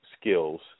skills